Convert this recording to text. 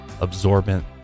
absorbent